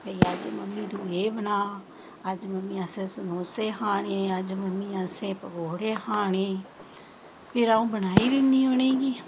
भाई अज्ज मम्मी तूं एह् बना अज्ज मम्मी अस्स समौसे खाने अज्ज मम्मी असें पकौड़े खाने फिर आउं बनाई दिन्नी उनेंगी